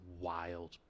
wild